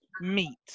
meat